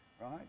Right